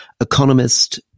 economist